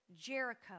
Jericho